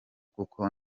kuko